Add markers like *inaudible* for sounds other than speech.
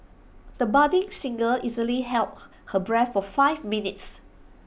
the budding singer easily held *noise* her breath for five minutes